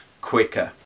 quicker